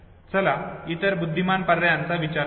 चला इतर बुद्धिमान पर्यायांचा विचार करूया